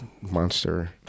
monster